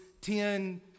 ten